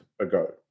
ago